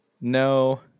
no